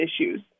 issues